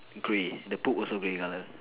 grey the poop also grey colour